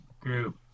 group